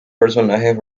personajes